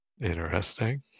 Interesting